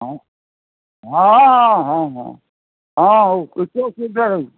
ହଁ ହଁ ହଁ ହଁ ହଁ ହଁ ହଉ କିଛି ଅସୁବିଧା ନାହିଁ